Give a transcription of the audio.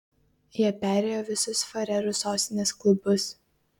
jie perėjo visus farerų sostinės klubus